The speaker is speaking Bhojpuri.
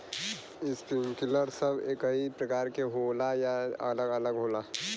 इस्प्रिंकलर सब एकही प्रकार के होला या अलग अलग होला?